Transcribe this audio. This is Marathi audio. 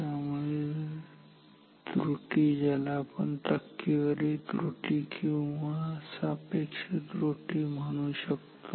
त्यामुळे त्रुटी ज्याला आपण टक्केवारी त्रुटी किंवा सापेक्ष त्रुटी म्हणू शकतो